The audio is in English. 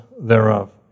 thereof